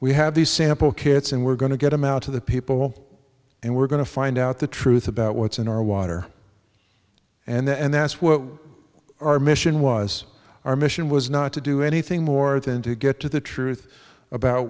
we have these sample kits and we're going to get them out to the people and we're going to find out the truth about what's in our water and that's what our mission was our mission was not to do anything more than to get to the truth about